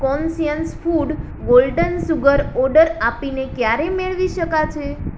conscience food golden sugar order આપીને ક્યારે મેળવી શકાશે